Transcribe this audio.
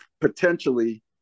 potentially